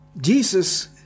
Jesus